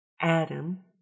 Adam